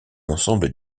ensemble